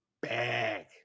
bag